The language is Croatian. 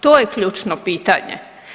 To je ključno pitanje.